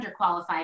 underqualified